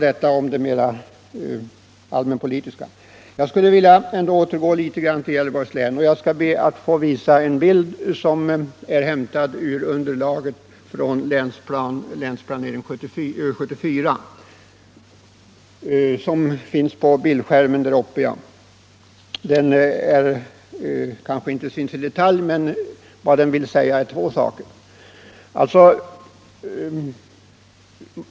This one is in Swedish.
— Detta om det allmänpolitiska. Jag skulle vilja återgå till Gävleborgs län. Jag skall be att på kammarens interna TV-skärm få visa en bild som är hämtad ur underlaget för Länsplanering 1974 i Gävleborgs län. Den visar två saker.